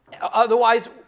otherwise